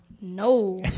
No